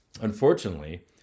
Unfortunately